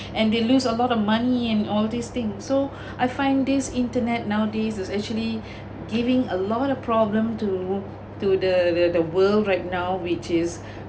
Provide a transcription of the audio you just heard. and they lose a lot of money and all these things so I find this internet nowadays is actually giving a lot of problem to to the the world right now which is